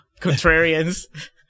Contrarians